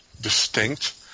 distinct